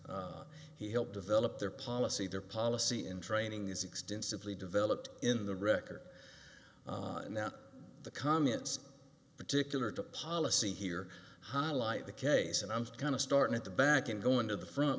he helped develop their policy their policy in training is extensively developed in the record and now the comments particular to policy here highlight the case and i'm going to start at the back and go into the front